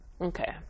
Okay